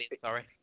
sorry